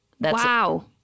Wow